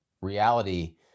reality